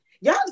y'all